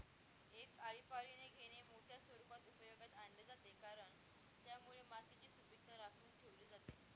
एक आळीपाळीने घेणे मोठ्या स्वरूपात उपयोगात आणले जाते, कारण त्यामुळे मातीची सुपीकता राखून ठेवली जाते